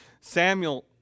Samuel